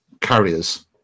carriers